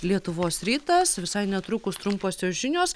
lietuvos rytas visai netrukus trumposios žinios